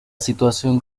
situación